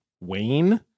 Wayne